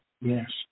Yes